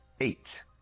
Eight